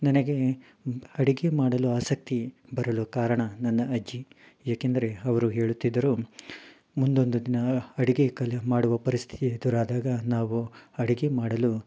ನನಗೆ ಅಡುಗೆ ಮಾಡಲು ಆಸಕ್ತಿ ಬರಲು ಕಾರಣ ನನ್ನ ಅಜ್ಜಿ ಏಕೆಂದರೆ ಅವರು ಹೇಳುತ್ತಿದ್ದರು ಮುಂದೊಂದು ದಿನ ಅಡುಗೆ ಕಲಿ ಮಾಡುವ ಪರಿಸ್ಥಿತಿ ಎದುರಾದಾಗ ನಾವು ಅಡುಗೆ ಮಾಡಲು